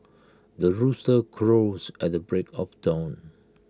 the rooster crows at the break of dawn